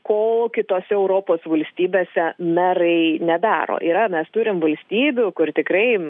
ko kitose europos valstybėse merai nedaro yra mes turim valstybių kur tikrai